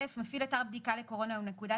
4. מפעיל אתר בדיקה לקורונה או נקודת